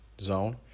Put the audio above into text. zone